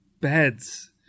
beds